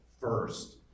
First